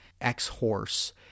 X-HORSE